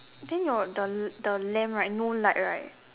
then your the the lamp right no light right